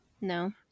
No